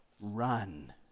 Run